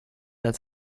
als